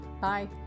Bye